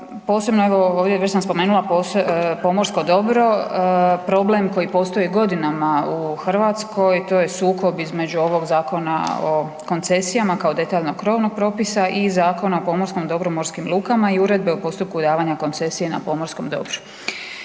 Posebno evo ovdje već sam spomenula, pomorsko dobro, problem koji postoji godinama u Hrvatskoj, to je sukob između ovog Zakona o koncesijama kao detaljnog krovnog propisa i Zakon o pomorskom dobru i morskim lukama i Uredbe o postupku davanja koncesije na pomorskom dobru.